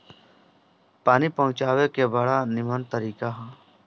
पानी पहुँचावे के बड़ा निमन तरीका हअ